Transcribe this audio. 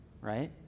Right